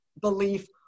belief